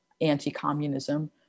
anti-communism